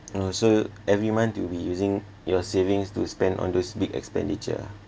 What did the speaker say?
and also every month you'd be using your savings to spend on those big expenditure